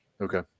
Okay